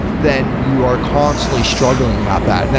then you are constantly struggling about that. and